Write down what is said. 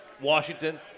Washington